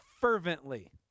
fervently